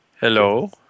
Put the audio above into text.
Hello